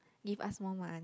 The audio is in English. give us more mo~